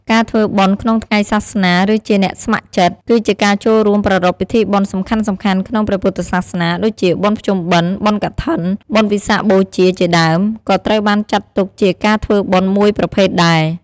ការធ្វើបុណ្យក្នុងថ្ងៃសាសនាឬជាអ្នកស្ម័គ្រចិត្ត គឺជាការចូលរួមប្រារព្ធពិធីបុណ្យសំខាន់ៗក្នុងព្រះពុទ្ធសាសនា ដូចជាបុណ្យភ្ជុំបិណ្ឌ បុណ្យកឋិន បុណ្យវិសាខបូជា ជាដើម ក៏ត្រូវបានចាត់ទុកជាការធ្វើបុណ្យមួយប្រភេទដែរ។